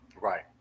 right